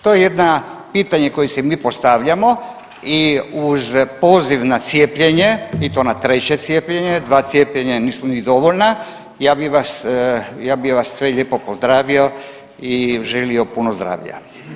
To je jedno pitanje koje si mi postavljamo i uz poziv na cijepljenje i to na treće cijepljenje, dva cijepljenja nisu ni dovoljna, ja bi vas sve lijepo pozdravio i želio puno zdravlja.